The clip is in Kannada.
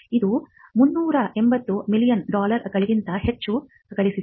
ಇದು 370 ಮಿಲಿಯನ್ ಡಾಲರ್ಗಳಿಗಿಂತ ಹೆಚ್ಚು ಗಳಿಸಿದೆ